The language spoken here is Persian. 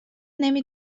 نمی